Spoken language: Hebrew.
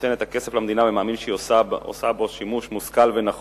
שנותן את הכסף למדינה ומאמין שהיא עושה בו שימוש מושכל ונכון